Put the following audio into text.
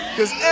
Cause